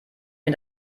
mir